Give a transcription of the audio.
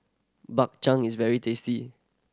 Bak Chang is very tasty